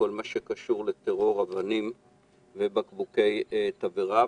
בכל מה שקשור לטרור אבנים ובקבוקי תבערה,